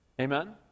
Amen